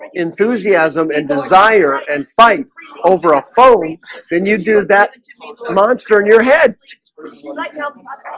enthusiasm and desire and fight over a phone then you do that monster in your head like you know